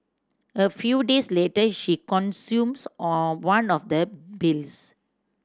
a few days later she consumes on one of the pills